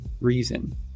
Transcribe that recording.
reason